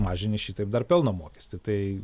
mažini šitaip dar pelno mokestį tai